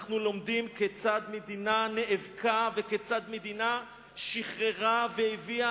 אנחנו לומדים כיצד מדינה נאבקה וכיצד מדינה שחררה והביאה